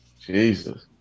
Jesus